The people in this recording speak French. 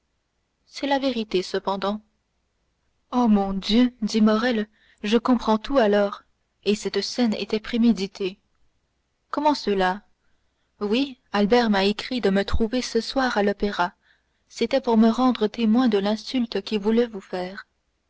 c'est la vérité cependant oh mon dieu dit morrel je comprends tout alors et cette scène était préméditée comment cela oui albert m'a écrit de me trouver ce soir à l'opéra c'était pour me rendre témoin de l'insulte qu'il voulait vous faire